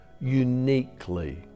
uniquely